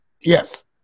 Yes